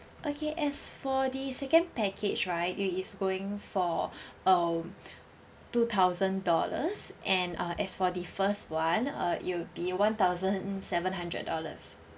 okay as for the second package right it is going for uh two thousand dollars and uh as for the first one uh it'll be one thousand seven hundred dollars